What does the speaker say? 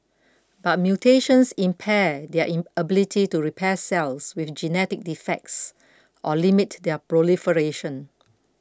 but mutations impair their ability to repair cells with genetic defects or limit their proliferation